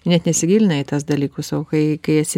net nesigilina į tas dalykus o kai kai esi